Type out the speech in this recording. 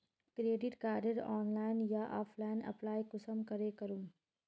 Credit कार्डेर online या offline apply कुंसम करे करूम?